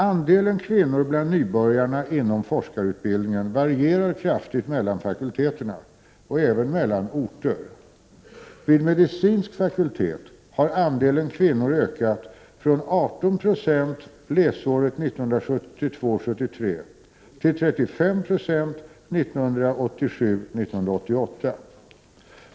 Andelen kvinnor bland nybörjarna inom forskarutbildningen varierar kraftigt mellan fakulteterna och även mellan orter. Vid medicinsk fakultet har andelen kvinnor ökat från 18 96 läsåret 1972 88.